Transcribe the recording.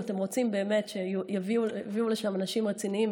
אם אתם רוצים שיביאו לשם אנשים רציניים,